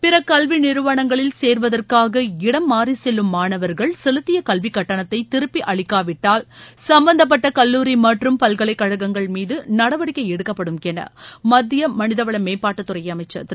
பிற கல்வி நிறுவனங்களில் சேர்வதற்காக இடம் மாறிச்செல்லும் மாணவர்கள் செலுத்திய கல்விக்கட்டணத்தை திருப்பி அளிக்காவிட்டால் சம்பந்தப்பட்ட கல்லூரி மற்றும் பல்கலைக்கழகங்கள் மீது நடவடிக்கை எடுக்கப்படும் என மத்திய மனித வள மேம்பாட்டுத்துறை அமைச்சர் திரு